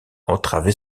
entraver